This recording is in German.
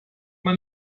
man